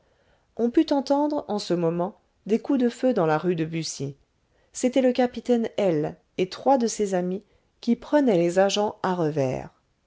on put entendre en ce moment des coups de feu dans la rue de buci c'était le capitaine l et trois de ses amis qui prenaient les agents à revers